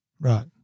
Right